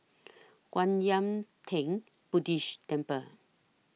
Kwan Yam Theng Buddhist Temple